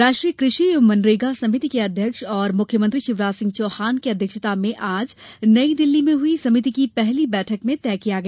राष्ट्रीय कृषि एवं मनरेगा समिति के अध्यक्ष तथा मुख्यमंत्री शिवराज सिंह चौहान की अध्यक्षता में आज नई दिल्ली में हुई समिति की पहली बैठक में तय किया गया